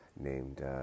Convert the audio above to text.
named